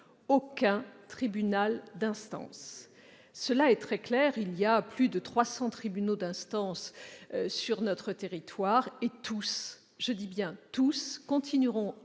aucun tribunal d'instance. Cela est très clair. Il y a plus de 300 tribunaux d'instance sur notre territoire, et tous, je dis bien tous, continueront